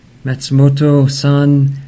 Matsumoto-san